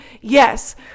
yes